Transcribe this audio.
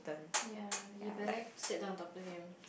ya you better sit down and talk to him